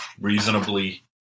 reasonably